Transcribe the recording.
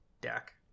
deck